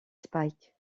spike